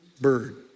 bird